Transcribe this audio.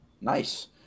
Nice